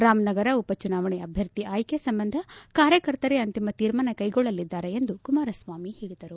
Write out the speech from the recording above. ರಾಮನಗರ ಉಪ ಚುನಾವಣೆ ಅಭ್ಯರ್ಥಿ ಆಯ್ಕೆ ಸಂಬಂಧ ಕಾರ್ಯಕರ್ತರೆ ಅಂತಿಮ ತೀರ್ಮಾನ ಕೈಗೊಳ್ಳಲಿದ್ದಾರೆ ಎಂದು ಕುಮಾರಸ್ವಾಮಿ ಹೇಳಿದರು